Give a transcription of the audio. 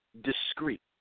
discreet